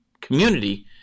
community